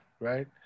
right